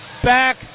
Back